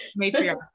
matriarch